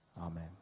amen